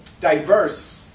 diverse